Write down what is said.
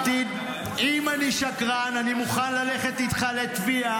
אין לך גבולות.